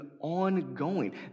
ongoing